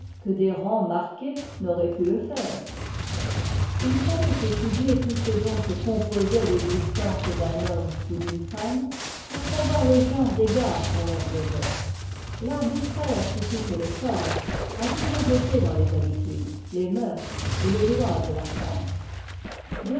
que des rangs marqués n'auraient pu le faire i fallait étudier tout ce dont se composait l'existence d'un homme ou d'une femme pour savoir le genre d'égards qu'on leur devait l'arbitraire sous toutes les formes a toujours été dans les habitudes les mceurs et les lois de la france